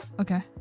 Okay